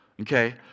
Okay